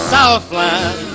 Southland